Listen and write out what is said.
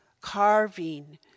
carving